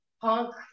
punk